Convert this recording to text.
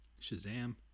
Shazam